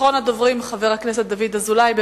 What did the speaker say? אחרון הדוברים, חבר הכנסת דוד אזולאי,